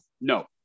No